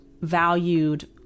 valued